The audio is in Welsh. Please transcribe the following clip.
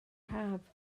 haf